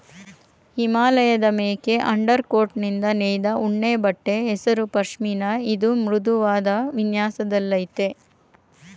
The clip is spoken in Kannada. ಹಿಮಾಲಯಮೇಕೆ ಅಂಡರ್ಕೋಟ್ನಿಂದ ನೇಯ್ದ ಉಣ್ಣೆಬಟ್ಟೆ ಹೆಸರು ಪಷ್ಮಿನ ಇದು ಮೃದುವಾದ್ ವಿನ್ಯಾಸದಲ್ಲಯ್ತೆ